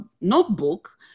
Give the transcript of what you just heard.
notebook